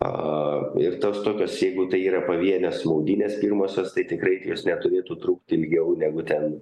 a ir tos tokios jeigu tai yra pavienės maudynės pirmosios tai tikrai ki jos neturėtų trukti ilgiau negu ten